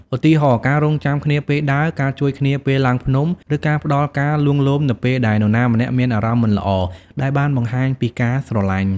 ឧទាហរណ៍ ការរង់ចាំគ្នាពេលដើរ ការជួយគ្នាពេលឡើងភ្នំ ឬការផ្តល់ការលួងលោមនៅពេលដែលនរណាម្នាក់មានអារម្មណ៍មិនល្អ ដែលបានបង្ហាញពីការស្រលាញ់។